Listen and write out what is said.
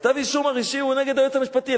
כתב-האישום הראשי הוא נגד היועץ המשפטי,